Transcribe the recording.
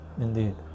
indeed